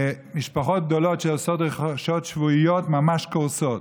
משפחות גדולות שעושות רכישות שבועיות ממש קורסות.